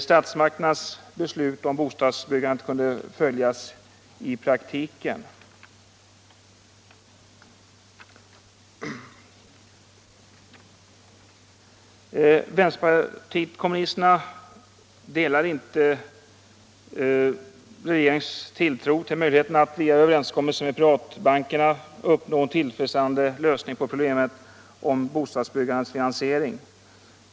Statsmakternas beslut om bostadsbyggandet kunde följas i praktiken. Vänsterpartiet kommunisterna delar inte regeringens tilltro till möjligheterna att via överenskommelser med privatbankerna uppnå en tillfredsställande lösning på problemen om bostadsbyggandets finansiering.